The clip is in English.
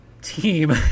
team